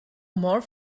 more